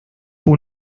fue